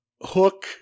hook